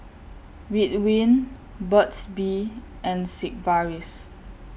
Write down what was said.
Ridwind Burt's Bee and Sigvaris